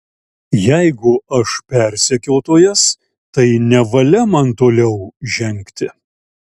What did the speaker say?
jeigu aš persekiotojas tai nevalia man toliau žengti